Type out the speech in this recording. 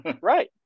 right